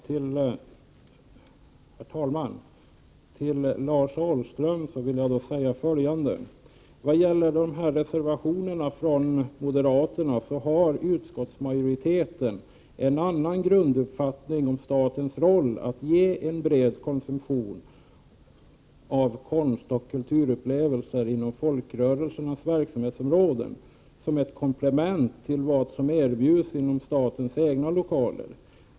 Herr talman! Till Lars Ahlström vill jag säga följande: När det gäller reservationerna från moderaterna har utskottsmajoriteten en annan grunduppfattning om statens roll, nämligen att staten skall gynna en bred konsumtion av konstoch kulturupplevelser inom folkrörelsernas verksamhetsområden som ett komplement till vad som erbjuds inom statens egna lokaler.